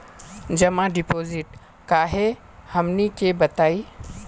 जमा डिपोजिट का हे हमनी के बताई?